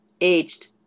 aged